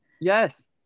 yes